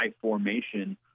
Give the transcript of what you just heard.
formation